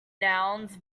nouns